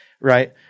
Right